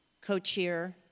co-chair